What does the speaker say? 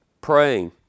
praying